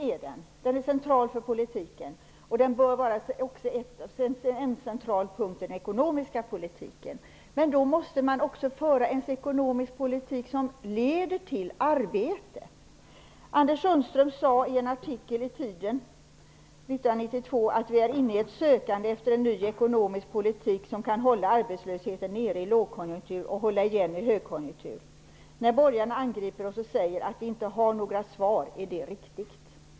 Ja, den är central för politiken. Den bör också vara en central punkt för den ekonomiska politiken. Men då måste man också föra en ekonomisk politik som leder till arbete. Jag vill återge något av vad Anders Sundström sade i en artikel i Tiden 1992: Vi är inne i ett sökande efter en ny ekonomisk politik som kan hålla arbetslösheten nere i lågkonjunktur och hålla igen i högkonjunktur. När borgarna angriper oss och säger att vi inte har några svar är det riktigt.